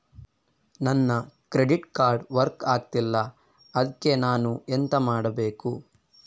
ನನ್ನ credit card work ಆಗ್ತಿಲ್ಲ ಅದ್ಕೆ ನಾನು ಎಂತ ಮಾಡಬೇಕು?